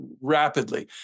rapidly